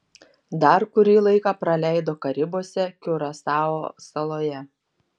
dar kurį laiką praleido karibuose kiurasao saloje